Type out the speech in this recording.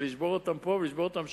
לשבור אותם פה ולשבור אותם שם,